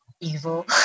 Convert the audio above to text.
evil